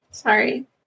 Sorry